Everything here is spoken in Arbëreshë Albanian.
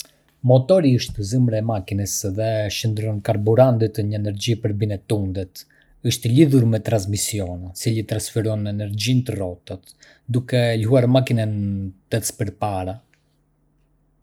Motori është zemra e makinës dhe e shndërron karburantin në energji për bine tundet. Është i lidhur me transmissiona, i cili transferon energjinë te rrotat, duke e lejuar makinën të ecë përpara.